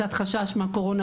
קצת חשש מהקורונה,